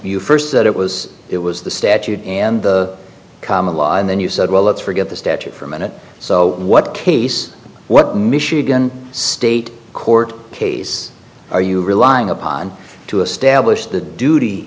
you first that it was it was the statute and common law and then you said well let's forget the statute for a minute so what case what michigan state court case are you relying upon to establish the duty